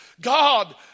God